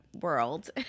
world